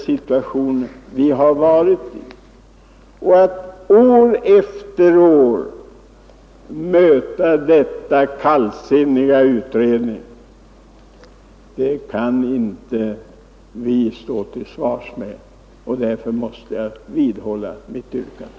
Vi kan inte stå till svars med att man år efter år möter denna kallsinniga invändning att utredning pågår, och därför måste jag vidhålla mitt yrkande.